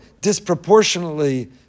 disproportionately